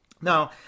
Now